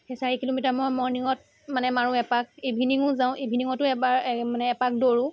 সেই চাৰি কিলোমিটাৰ মই মৰ্ণিংত মানে মাৰোঁ এপাক ইভিনিঙো যাওঁ ইভিনিঙতো এবাৰ মানে এপাক দৌৰোঁ